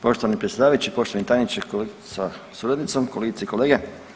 Poštovani predsjedavajući, poštovani tajniče sa suradnicom, kolegice i kolege.